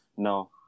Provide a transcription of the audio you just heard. No